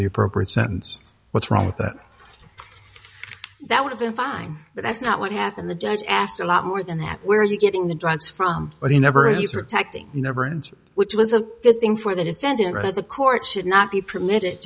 the appropriate sentence what's wrong with that that would have been fine but that's not what happened the judge asked a lot more than that where are you getting the drugs from but he never he's protecting never and which was a good thing for the defendant but the court should not be permitted